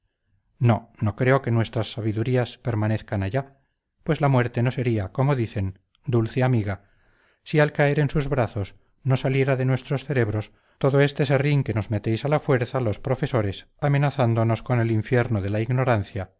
no no creo que nuestras sabidurías permanezcan allá pues la muerte no sería como dicen dulce amiga si al caer en sus brazos no saliera de nuestros cerebros todo este serrín que nos metéis a la fuerza los profesores amenazándonos con el infierno de la ignorancia